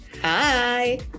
Hi